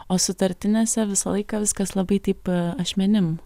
o sutartinėse visą laiką viskas labai taip ašmenim